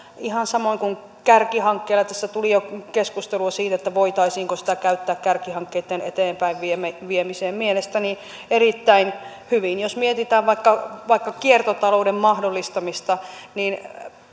ihan samoin kuin kärkihankkeilla tässä tuli jo keskustelua siitä voitaisiinko sitä käyttää kärkihankkeitten eteenpäinviemiseen mielestäni erittäin hyvin jos mietitään vaikka vaikka kiertotalouden mahdollistamista niin